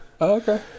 okay